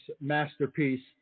masterpiece